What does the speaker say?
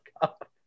cup